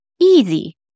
Easy